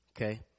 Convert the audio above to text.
okay